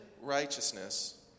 righteousness